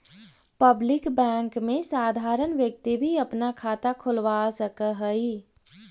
public bank में साधारण व्यक्ति भी अपना खाता खोलवा सकऽ हइ